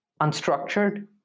unstructured